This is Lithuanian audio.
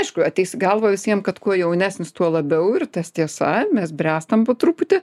aišku ateis į galvą visiem kad kuo jaunesnis tuo labiau ir tas tiesa mes bręstam po truputį